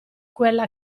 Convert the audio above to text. quella